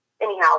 anyhow